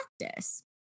practice